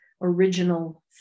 original